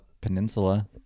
peninsula